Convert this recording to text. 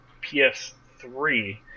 ps3